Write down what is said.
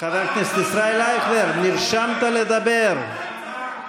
אמרו לו "תחזור לרוסיה" זה מה